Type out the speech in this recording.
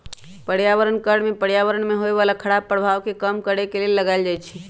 पर्यावरण कर में पर्यावरण में होय बला खराप प्रभाव के कम करए के लेल लगाएल जाइ छइ